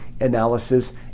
analysis